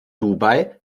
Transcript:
dubai